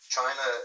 China